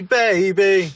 baby